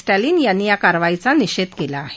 स्टॅलिन यांनी या कारवाईचा निषेध केला आहे